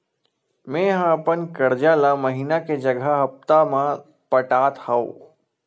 मेंहा अपन कर्जा ला महीना के जगह हप्ता मा पटात हव